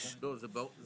אז אנחנו נבדוק ונחזור.